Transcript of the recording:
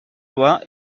loi